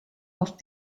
off